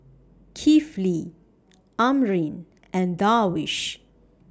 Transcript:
Kifli Amrin and Darwish